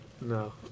No